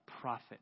prophet